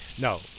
No